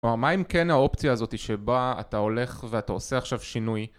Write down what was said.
מה אם כן האופציה הזאת שבה אתה הולך ואתה עושה עכשיו שינוי